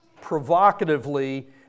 provocatively